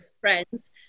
friends